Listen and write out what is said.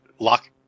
Lock